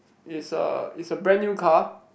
is a is a brand new car